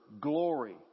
glory